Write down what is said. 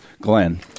Glenn